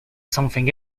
something